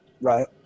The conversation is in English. Right